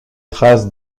traces